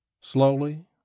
Slowly